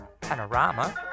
panorama